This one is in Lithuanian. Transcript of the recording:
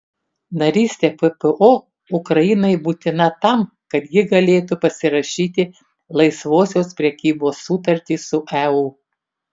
narystė ppo ukrainai būtina tam kad ji galėtų pasirašyti laisvosios prekybos sutartį su eu